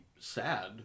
Sad